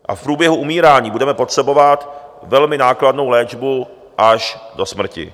A v průběhu umírání budeme potřebovat velmi nákladnou léčbu až do smrti.